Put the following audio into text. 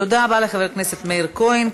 תודה רבה לחבר הכנסת מאיר כהן.